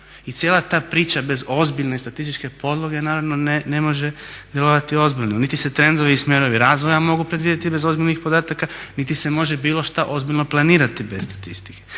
I cijela ta priča bez ozbiljne statističke podloge naravno ne može djelovati ozbiljno niti se trendovi i smjerovi razvoja mogu predvidjeti bez ozbiljnih podataka niti se može bilo šta ozbiljno planirati bez statistike.